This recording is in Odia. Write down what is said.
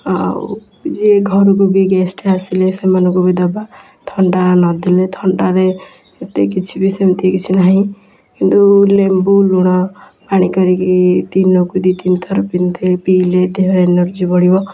ଆଉ ଯିଏ ଘରକୁ ବି ଗେଷ୍ଟ୍ ଆସିଲେ ସେମାନଙ୍କୁ ବି ଦେବା ଥଣ୍ଡା ନଦେଲେ ଥଣ୍ଡାରେ ଏତେ କିଛି ବି ସେମିତି କିଛି ନାହିଁ କିନ୍ତୁ ଲେମ୍ବୁ ଲୁଣ ପାଣି କରିକି ଦିନକୁ ଦୁଇ ତିନିଥର ପିଇଲେ ଦେହରେ ଏନର୍ଜି ବଢ଼ିବ